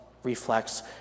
Reflex